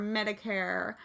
Medicare